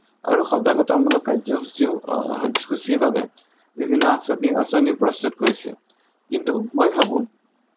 আৰু সজাগতামূলক কাৰ্য্যসূচিৰ বাবে বিভিন্ন আচনি প্ৰস্তুত কৰিছে কিন্তু মই ভাবোঁ